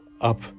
up